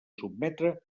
sotmetre